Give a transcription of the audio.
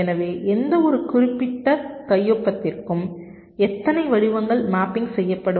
எனவே எந்தவொரு குறிப்பிட்ட கையொப்பத்திற்கும் எத்தனை வடிவங்கள் மேப்பிங் செய்யப்படும்